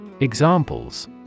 Examples